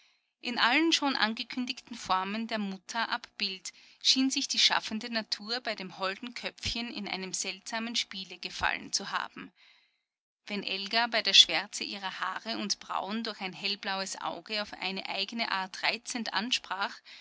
in allen schon angekündigten formen der mutter abbild schien sich die schaffende natur bei dem holden köpfchen in einem seltsamen spiele gefallen zu haben wenn elga bei der schwärze ihrer haare und brauen durch ein hellblaues auge auf eine eigene art reizend ansprach